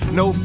no